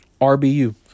RBU